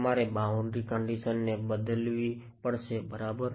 તમારે boundary condition ને બદલવી પડશે બરાબર